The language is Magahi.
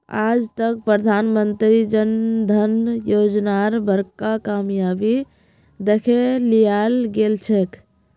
आज तक प्रधानमंत्री जन धन योजनार बड़का कामयाबी दखे लियाल गेलछेक